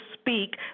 speak